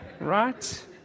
Right